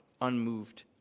unmoved